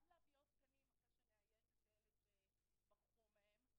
גם להביא עוד תקנים אחרי שנאייש את אלה שברחו מהם,